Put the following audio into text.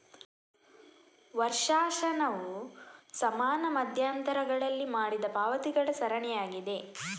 ವರ್ಷಾಶನವು ಸಮಾನ ಮಧ್ಯಂತರಗಳಲ್ಲಿ ಮಾಡಿದ ಪಾವತಿಗಳ ಸರಣಿಯಾಗಿದೆ